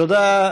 תודה.